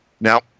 Now